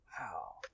wow